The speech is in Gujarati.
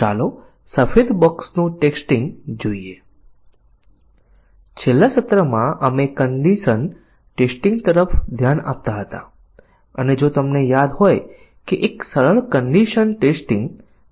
વ્હાઇટ બોક્સ પરીક્ષણમાં આપણે પહેલેથી જ કહ્યું હતું કે કોડ સ્ટ્રક્ચરની તપાસ કરીને આપણે પરીક્ષણના કેસો બનાવવાના છે